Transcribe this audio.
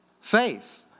faith